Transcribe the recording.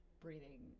breathing